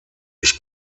ich